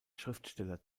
schriftsteller